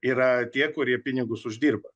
yra tie kurie pinigus uždirba